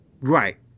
right